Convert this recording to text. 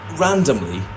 randomly